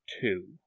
two